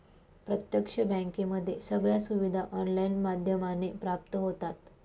प्रत्यक्ष बँकेमध्ये सगळ्या सुविधा ऑनलाईन माध्यमाने प्राप्त होतात